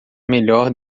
melhor